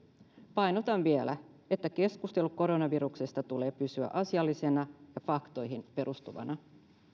painotan vielä että keskustelun koronaviruksesta tulee pysyä asiallisena ja faktoihin perustuvana